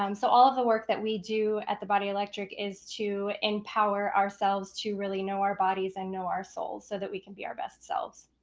um so all of the work that we do at the body electric is to empower ourselves to really know our bodies and know our souls so that we can be our best selves.